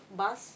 bus